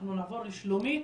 נעבור לשלומית